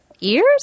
ears